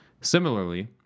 Similarly